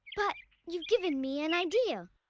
but you've given me an idea.